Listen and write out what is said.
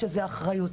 שזו אחריות.